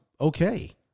okay